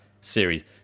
series